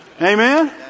Amen